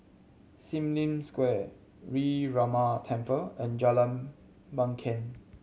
Sim Lim Square Sree Ramar Temple and Jalan Bangket